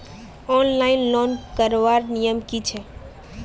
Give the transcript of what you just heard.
Online loan करवार नियम की छे?